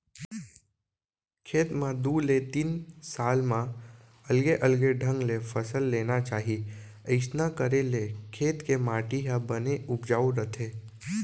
खेत म दू ले तीन साल म अलगे अलगे ढंग ले फसल लेना चाही अइसना करे ले खेत के माटी ह बने उपजाउ रथे